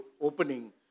opening